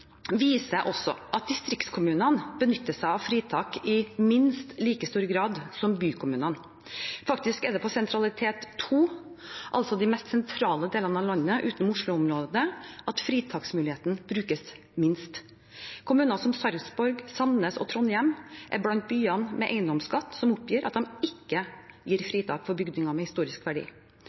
viser også at distriktskommunene benytter seg av fritak i minst like stor grad som bykommuner. Faktisk er det på sentralitetsnivå 2, altså i de mest sentrale delene av landet utenom Oslo-området, at fritaksmuligheten brukes minst. Kommuner som Sarpsborg, Sandnes og Trondheim er blant byene med eiendomsskatt som oppgir at de ikke gir fritak for bygninger med historisk verdi.